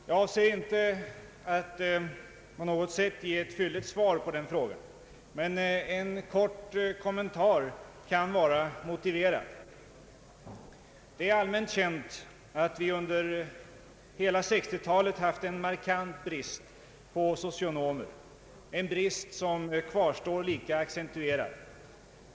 Jag avser inte att på något sätt ge ett fylligt svar på den frågan, men en kort kommentar kan vara motiverad. Det är allmänt känt att vi under hela 1960-talet haft en markant brist på socionomer, en brist som kvarstår lika acce tuerad.